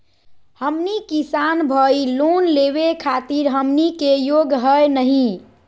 हमनी किसान भईल, लोन लेवे खातीर हमनी के योग्य हई नहीं?